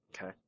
Okay